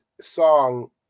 song